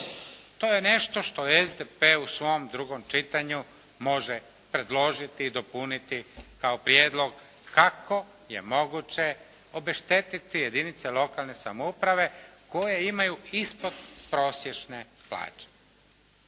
To je nešto što SDP u svom drugom čitanju može predložiti i dopuniti kao prijedlog kako je moguće obeštetiti jedinice lokalne samouprave koje imaju ispod prosječne plaće.